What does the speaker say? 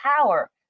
power